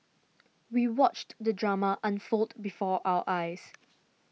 we watched the drama unfold before our eyes